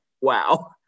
wow